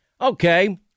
Okay